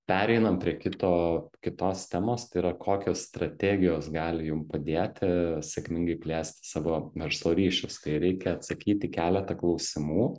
pereinam prie kito kitos temos tai yra kokios strategijos gali jum padėti sėkmingai plėsti savo verslo ryšius tai reikia atsakyt į keletą klausimų